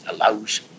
allows